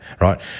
right